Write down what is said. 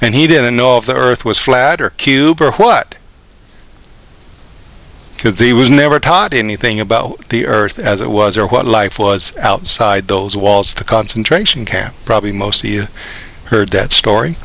and he didn't know all the earth was flat or cube or what because he was never taught anything about the earth as it was or what life was outside those walls the concentration camps probably mostly you heard that story